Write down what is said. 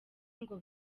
ngo